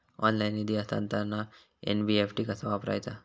Online निधी हस्तांतरणाक NEFT कसा वापरायचा?